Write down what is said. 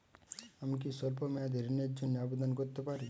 আমি কি স্বল্প মেয়াদি ঋণের জন্যে আবেদন করতে পারি?